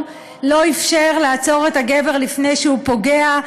לא אפשר לעצור את הגבר לפני שהוא פוגע.